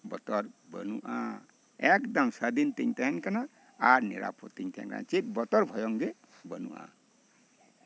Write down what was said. ᱵᱚᱛᱚᱨ ᱵᱟᱹᱱᱩᱜᱼᱟ ᱮᱠᱫᱚᱢ ᱥᱟᱹᱫᱷᱤᱱ ᱛᱮᱧ ᱛᱟᱦᱮᱸᱱ ᱠᱟᱱᱟ ᱟᱨ ᱱᱤᱨᱟᱯᱚᱫ ᱛᱤᱧ ᱛᱟᱦᱮᱸᱱ ᱠᱟᱱᱟ ᱪᱮᱫ ᱵᱚᱛᱚᱨ ᱵᱷᱚᱭᱚᱝ ᱜᱮ ᱵᱟᱹᱱᱩᱜᱼᱟ